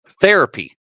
therapy